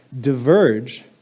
diverge